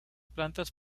plantas